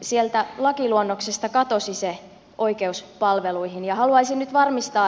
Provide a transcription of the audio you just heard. sieltä lakiluonnoksesta katosi se oikeus palveluihin ja haluaisin nyt varmistaa